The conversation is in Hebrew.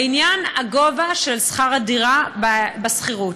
לעניין גובה שכר הדירה בשכירות,